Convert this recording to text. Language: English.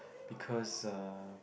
because uh